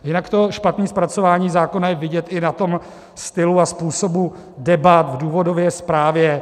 Jinak to špatné zpracování zákona je vidět i na tom stylu a způsobu debat, v důvodové zprávě.